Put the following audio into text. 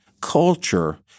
culture